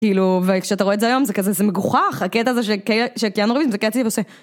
כאילו, וכשאתה רואה את זה היום, זה כזה, זה מגוחך, הקטע הזה שהקטע שקיאנו ריבס עם זה קאט עושה.